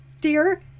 dear